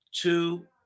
two